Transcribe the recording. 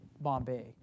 Bombay